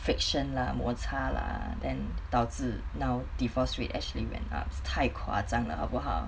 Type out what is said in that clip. friction lah 摩擦 lah then 导致 now divorced rate actually went up 太夸张了好不好